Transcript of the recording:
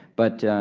but